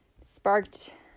sparked